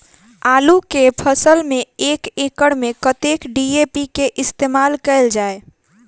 आलु केँ फसल मे एक एकड़ मे कतेक डी.ए.पी केँ इस्तेमाल कैल जाए?